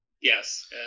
Yes